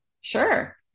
Sure